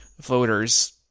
voters